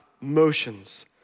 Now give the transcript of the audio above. motions